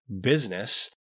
business